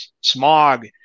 smog